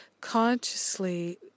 consciously